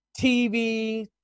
tv